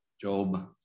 Job